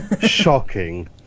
Shocking